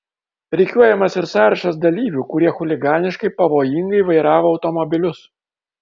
rikiuojamas ir sąrašas dalyvių kurie chuliganiškai pavojingai vairavo automobilius